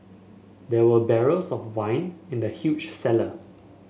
there were barrels of wine in the huge cellar